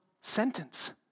sentence